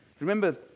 Remember